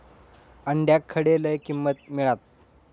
अंड्याक खडे लय किंमत मिळात?